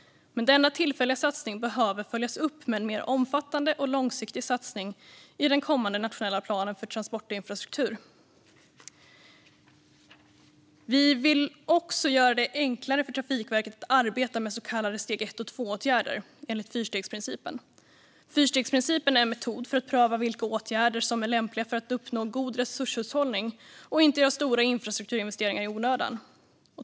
Men denna tillfälliga satsning behöver följas upp med en mer omfattande och långsiktig satsning i den kommande nationella planen för transportinfrastruktur. Vi vill också göra det enklare för Trafikverket att arbeta med så kallade steg ett och tvååtgärder enligt fyrstegsprincipen. Fyrstegsprincipen är en metod för att pröva vilka åtgärder som är lämpliga för att uppnå god resurshushållning och inte göra stora infrastrukturinvesteringar i onödan.